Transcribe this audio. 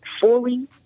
fully